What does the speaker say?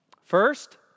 First